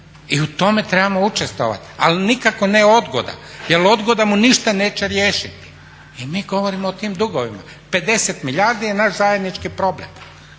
i u tome trebamo učestvovati, ali nikako ne odgoda jel odgoda mu ništa neće riješiti i mi govorimo o tim dugovima. 50 milijardi je naš zajednički problem.